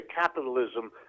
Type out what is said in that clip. capitalism